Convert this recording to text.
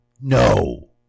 No